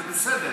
זה בסדר,